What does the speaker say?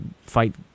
fight